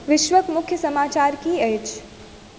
विश्वक मुख्य समाचार की अछि